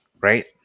Right